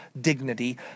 dignity